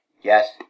Yes